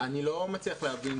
אני לא מצליח להבין